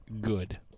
good